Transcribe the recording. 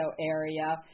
area